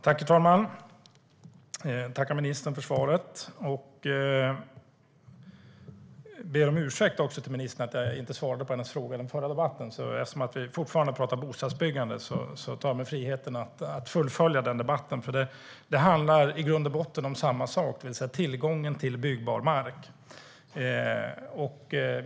Herr talman! Jag tackar ministern för svaret. Jag ber också ministern om ursäkt för att jag inte svarade på hennes fråga i den förra debatten. Eftersom vi fortfarande pratar bostadsbyggande tar jag mig friheten att fullfölja den tidigare debatten. Det handlar i grund och botten om samma sak, det vill säga tillgången på byggbar mark.